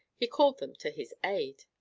he called them to his aid.